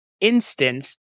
instance